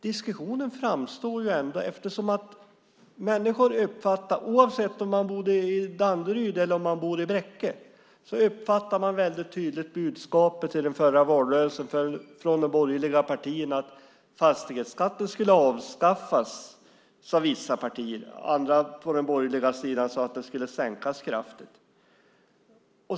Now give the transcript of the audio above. Diskussionen uppstår ändå eftersom människor, oavsett om de bor i Danderyd eller i Bräcke, tydligt uppfattade budskapet i den förra valrörelsen från de borgerliga partierna. Fastighetsskatten skulle avskaffas, sade vissa partier. Andra från den borgerliga sidan sade att den skulle sänkas kraftigt.